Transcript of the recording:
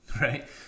Right